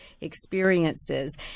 experiences